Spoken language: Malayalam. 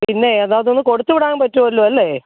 പിന്നെ ഏതാണ് അതൊന്ന് കൊടുത്തു വിടാൻ പറ്റുമല്ലോ അല്ലേ